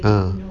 uh